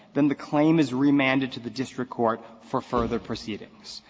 then the claim is remanded to the district court for further proceedings.